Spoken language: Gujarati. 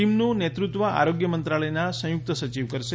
ટીમનું નેતૃત્વ આરોગ્ય મંત્રાલયના સંયુક્ત સચિવ કરશે